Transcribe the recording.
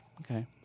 Okay